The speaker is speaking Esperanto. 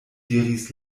diris